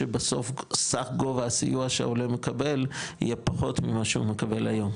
שבסוף סך גובה הסיוע שהעולה יקבל יהיה פחות ממה שהוא מקבל היום.